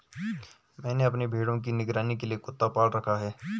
मैंने अपने भेड़ों की निगरानी के लिए कुत्ता पाल रखा है